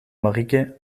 marieke